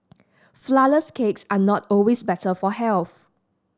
flourless cakes are not always better for health